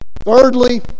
Thirdly